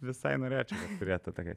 visai norėčiau turėti tokį